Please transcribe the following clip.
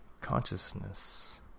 consciousness